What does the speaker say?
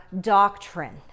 doctrine